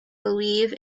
believe